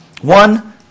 One